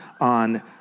on